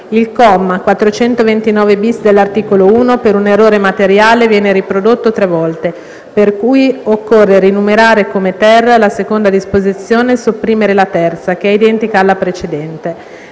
il comma 429-*bis* dell'articolo 1, per un errore materiale, viene riprodotto tre volte, per cui occorre rinumerare come *ter* la seconda disposizione e sopprimere la terza, che è identica alla precedente;